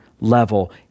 level